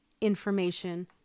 information